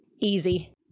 Easy